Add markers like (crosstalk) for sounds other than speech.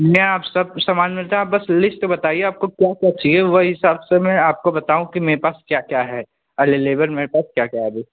(unintelligible) सब सामान मिलता है आप बस लिस्ट बताइए आपको क्या क्या चाइए वही हिसाब से मैं आपको बताऊँ कि मेरे पास क्या क्या है अलेलेबर मेरे पास क्या क्या है अभी